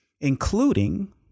including